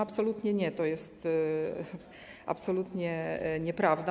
Absolutnie nie, to jest absolutnie nieprawda.